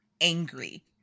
angry